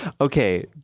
Okay